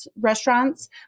restaurants